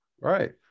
Right